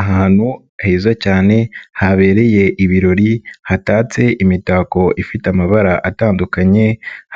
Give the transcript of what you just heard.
Ahantu heza cyane habereye ibirori, hatatse imitako ifite amabara atandukanye,